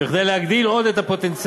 כדי להגדיל עוד את הפוטנציאל,